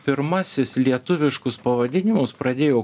pirmasis lietuviškus pavadinimus pradėjo